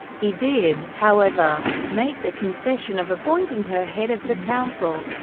he did, however, make the concession of appointing her head of the council.